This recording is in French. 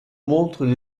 montrent